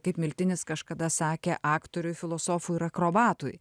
kaip miltinis kažkada sakė aktoriui filosofui ir akrobatui